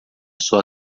sua